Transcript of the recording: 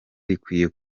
rikwiye